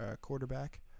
quarterback